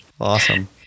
awesome